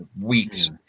weeks